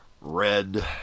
red